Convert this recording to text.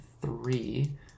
three